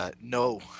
No